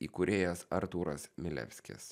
įkūrėjas artūras milevskis